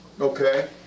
Okay